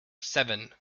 seven